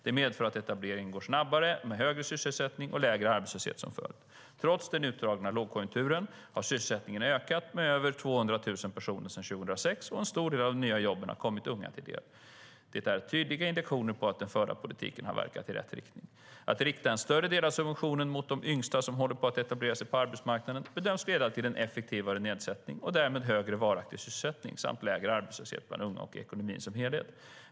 Det medför att etableringen går snabbare med högre sysselsättning och lägre arbetslöshet som följd. Trots den utdragna lågkonjunkturen har sysselsättningen ökat med över 200 000 personer sedan 2006, och en stor del av de nya jobben har kommit unga till del. Det är tydliga indikationer på att den förda politiken har verkat i rätt riktning. Att rikta en större del av subventionen mot de yngsta, som håller på att etablera sig på arbetsmarknaden, bedöms leda till en effektivare nedsättning och därmed högre varaktig sysselsättning samt lägre arbetslöshet bland unga och i ekonomin som helhet.